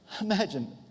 Imagine